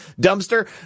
dumpster